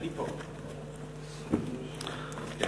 אדוני היושב-ראש,